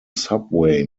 subway